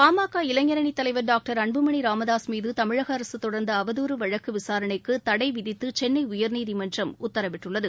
பாமக இளைஞரணி தலைவர் டாக்டர் அன்புமணி ராமதாஸ் மீது தமிழக அரசு தொடர்ந்த அவதூறு வழக்கு விசாரணைக்கு தடை விதித்து சென்னை உயா்நீதிமன்றம் உத்தரவிட்டுள்ளது